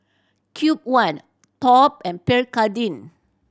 Cube One Top and Pierre Cardin